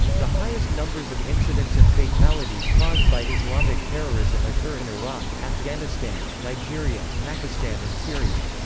the highest numbers of incidents and fatalities caused by islamic terrorism occur in iraq, afghanistan, nigeria, pakistan and syria.